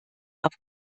auf